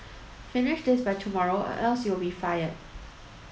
finish this by tomorrow or else you'll be fired